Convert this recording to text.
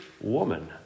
woman